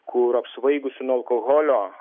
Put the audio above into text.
kur apsvaigusi nuo alkoholio